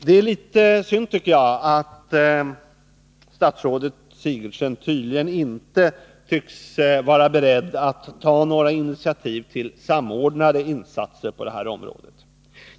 Det är litet synd att statsrådet Sigurdsen tydligen inte är beredd att ta några initiativ till samordnade insatser på det här området.